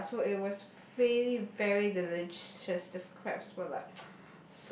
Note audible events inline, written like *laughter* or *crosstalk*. ya so it was really very delicious the crabs were like *noise*